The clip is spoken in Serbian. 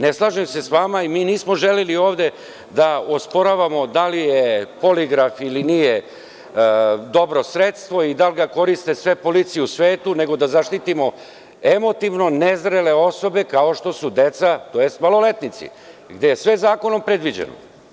Ne slažem se sa vama i mi nismo želeli ovde da osporavamo da li je poligraf ili nije dobro sredstvo i da li ga koriste sve policije u svetu, nego da zaštitimo emotivno nezrele osobe, kao što su deca, tj. maloletnici, gde je sve zakonom predviđeno.